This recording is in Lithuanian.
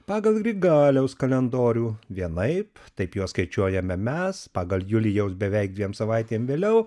pagal grigaliaus kalendorių vienaip taip juos skaičiuojame mes pagal julijaus beveik dviem savaitėm vėliau